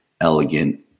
elegant